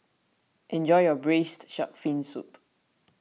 enjoy your Braised Shark Fin Soup